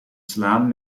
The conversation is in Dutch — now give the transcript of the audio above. slaan